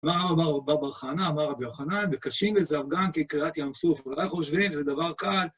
אמר רבי יוחנן, בקשים לזרגן, כקריעת ים סוף. אולי חושבים, זה דבר קל.